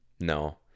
no